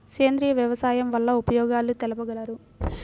సేంద్రియ వ్యవసాయం వల్ల ఉపయోగాలు తెలుపగలరు?